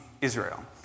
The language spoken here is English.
Israel